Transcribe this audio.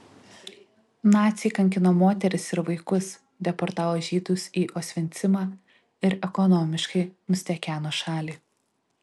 naciai kankino moteris ir vaikus deportavo žydus į osvencimą ir ekonomiškai nustekeno šalį